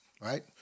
right